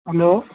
hello